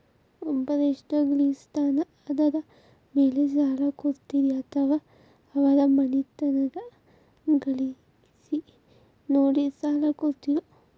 ಒಬ್ಬವ ಎಷ್ಟ ಗಳಿಸ್ತಾನ ಅದರ ಮೇಲೆ ಸಾಲ ಕೊಡ್ತೇರಿ ಅಥವಾ ಅವರ ಮನಿತನದ ಗಳಿಕಿ ನೋಡಿ ಸಾಲ ಕೊಡ್ತಿರೋ?